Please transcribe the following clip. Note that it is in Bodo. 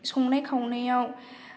संनाय खावनायाव